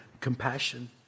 compassion